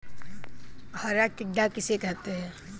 हरा टिड्डा किसे कहते हैं?